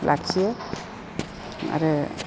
लाखियो आरो